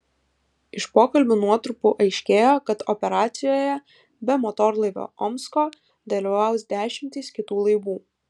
iš pokalbių nuotrupų aiškėjo kad operacijoje be motorlaivio omsko dalyvaus dešimtys kitų laivų